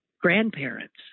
grandparents